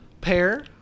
pair